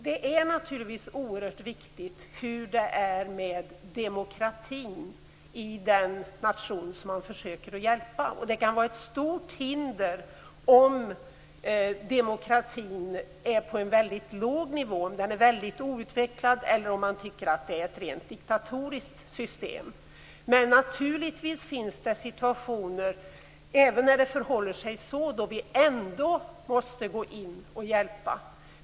Det är naturligtvis oerhört viktigt hur det är med demokratin i den nation som man försöker att hjälpa. Det kan vara ett stort hinder om demokratin är på en väldigt låg nivå, om den är mycket outvecklad eller om man tycker att det är ett rent diktatoriskt system. Men det finns naturligtvis situationer då vi, även om det förhåller sig så, ändå måste gå in med hjälp.